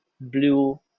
blue